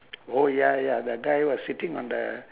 oh ya ya the guy was sitting on the